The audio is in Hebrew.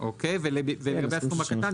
לגבי הסכום הקטן,